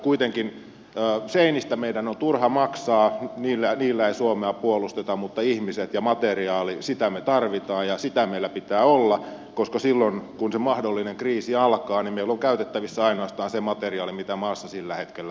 kuitenkin seinistä meidän on turha maksaa niillä ei suomea puolusteta mutta ihmiset ja materiaali niitä me tarvitsemme ja niitä meillä pitää olla koska silloin kun se mahdollinen kriisi alkaa meillä on käytettävissä ainoastaan se materiaali mitä maassa sillä hetkellä on